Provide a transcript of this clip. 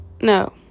No